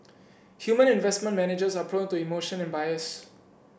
human investment managers are prone to emotion and bias